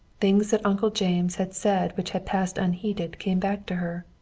things that uncle james had said which had passed unheeded came back to her.